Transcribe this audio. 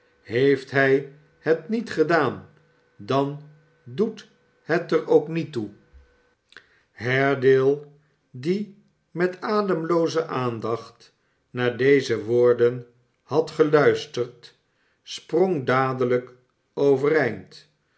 heeft hij het met gedaan dan doet het er ook niet toe haredale die met ademlooze aandacht naar deze woorden had geluisterd sprong dadelijk overeind